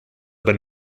aber